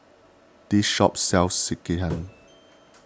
this shop sells Sekihan